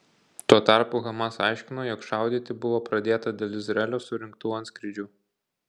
tuo tarpu hamas aiškino jog šaudyti buvo pradėta dėl izraelio surengtų antskrydžių